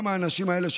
גם האנשים האלה,